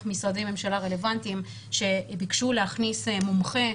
משרדי ממשלה רלוונטיים שביקשו להכניס מומחה.